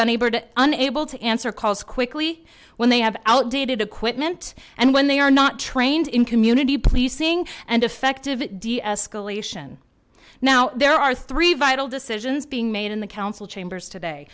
unable to unable to answer calls quickly when they have outdated equipment and when they are not trained in community policing and effective deescalation now there are three vital decisions being made in the council chambers today